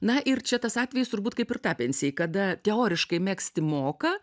na ir čia tas atvejis turbūt kaip ir tapencijai kada teoriškai megzti moka